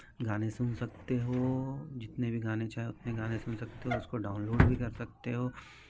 गाने सुन सकते हो जितने भी चाहो उतने गाने सुन सकते हो उसको डाउनलोड भी कर सकते हो